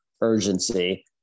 urgency